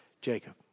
Jacob